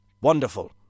Wonderful